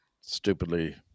stupidly